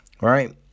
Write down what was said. right